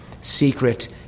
secret